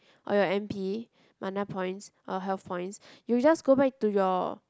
or your M_P Mana Points or Health Points you just go back to your